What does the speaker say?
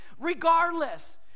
Regardless